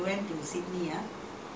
thosai idli thosai idli